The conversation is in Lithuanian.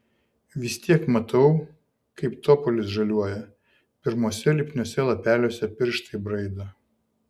vis tiek matau kaip topolis žaliuoja pirmuose lipniuose lapeliuose pirštai braido